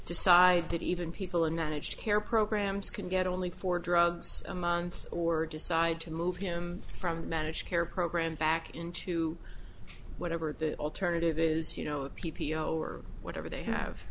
decide that even people in managed care programs can get only four drugs a month or decide to move him from managed care program back into whatever the alternative is you know a p p o or whatever they have